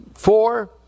Four